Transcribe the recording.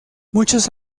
muchos